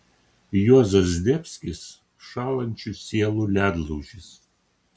juozas zdebskis šąlančių sielų ledlaužis